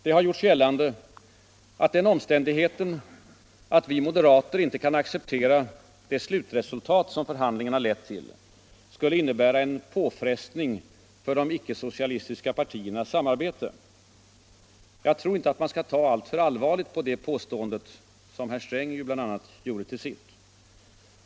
Det har gjorts gällande att den omständigheten att vi moderater inte kan acceptera det slutresultat som förhandlingarna har lett till skulle innebära en påfrestning för de icke-socialistiska partiernas samarbete. Jag tror inte att man skall ta alltför allvarligt på det påståendet, som herr Sträng ju bl.a. gjorde till sitt.